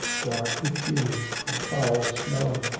dark of hue and foul smelling.